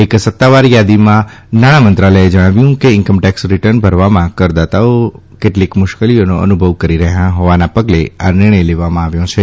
એક સત્તાવાર યાદીમાં નાણાં મંત્રાલયે જણાવ્યું છે કે ઈન્કમટેક્ષ રીટર્ન ભરવામાં કરદાતાઓ કેટલીક મુશ્કેલીઓનો અનુભવ કરી રહ્યા હોવાના પગલે આ નિર્ણય લેવામાં આવ્યો છે